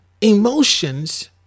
emotions